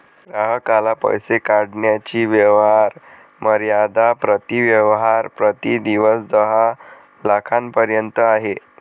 ग्राहकाला पैसे काढण्याची व्यवहार मर्यादा प्रति व्यवहार प्रति दिवस दहा लाखांपर्यंत आहे